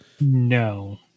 No